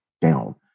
down